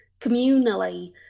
communally